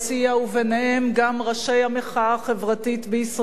ובהם גם ראשי המחאה החברתית בישראל,